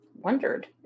wondered